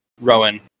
Rowan